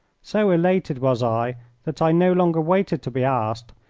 so elated was i that i no longer waited to be asked,